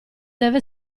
deve